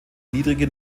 niedrige